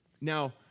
Now